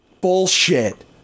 Bullshit